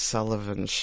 Sullivan